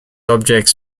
objects